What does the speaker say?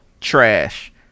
trash